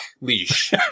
leash